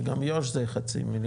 וגם יו"ש זה 0.5 מיליון.